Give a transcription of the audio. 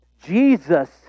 Jesus